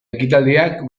ekitaldiak